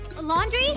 Laundry